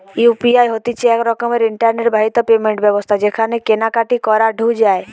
UPI হতিছে এক রকমের ইন্টারনেট বাহিত পেমেন্ট ব্যবস্থা যেটাকে কেনা কাটি করাঢু যায়